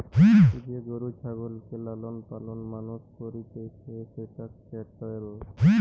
যে গরু ছাগলকে লালন পালন মানুষ করতিছে সেটা ক্যাটেল